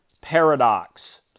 paradox